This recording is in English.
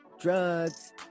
drugs